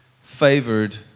Favored